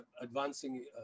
advancing